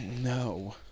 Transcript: No